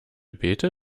bete